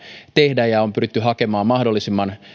tehdä on pyritty hakemaan mahdollisimman